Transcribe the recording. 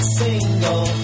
single